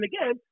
again